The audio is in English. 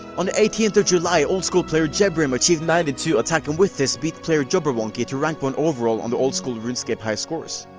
on the eighteenth of july, oldschool player jebrim achieved ninety two attack and with this beat player jabberwonky to rank one overall on the oldschool runescape hiscores.